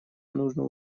нужно